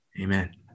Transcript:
Amen